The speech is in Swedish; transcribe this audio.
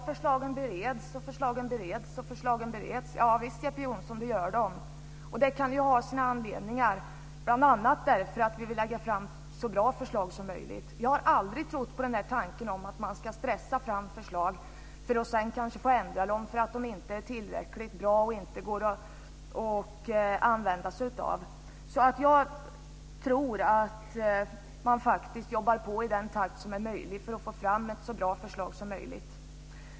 Fru talman! Förslagen bereds. Ja, Jeppe Johnsson, det gör de. Det kan ju finnas anledningar till det. En anledning kan bl.a. vara att vi vill lägga fram så bra förslag som möjligt. Jag har aldrig trott på tanken att man ska stressa fram förslag för att sedan kanske få ändra dem för att de inte är tillräckligt bra och inte går att använda. Jag tror att man jobbar på i den takt som är möjlig för att få fram ett så bra förslag som möjligt.